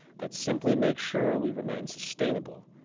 that simply makes sure we remain sustainable.